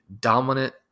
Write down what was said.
dominant